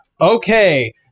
Okay